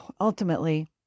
Ultimately